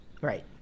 right